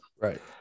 Right